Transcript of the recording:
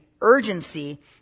urgency